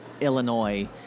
Illinois